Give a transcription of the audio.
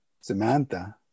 Samantha